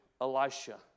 Elisha